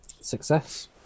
Success